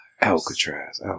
Alcatraz